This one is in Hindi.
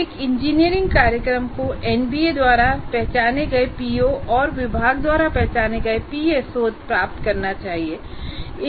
एक इंजीनियरिंग कार्यक्रम को एनबीए द्वारा पहचाने गए पीओ और विभाग द्वारा पहचाने गए पीएसओ प्राप्त करना चाहिए